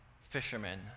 fishermen